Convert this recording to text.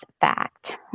fact